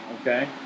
okay